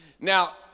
Now